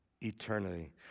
eternity